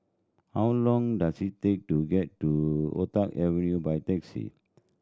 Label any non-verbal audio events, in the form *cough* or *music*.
how long does it take to get to *unintelligible* Avenue by taxi